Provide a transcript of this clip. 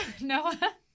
Noah